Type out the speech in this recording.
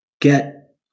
Get